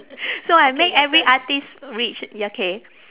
so I make every artist rich ya K